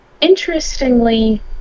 Interestingly